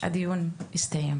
הדיון הסתיים.